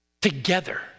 Together